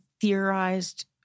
theorized